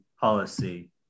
policy